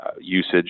usage